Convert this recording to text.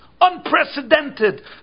unprecedented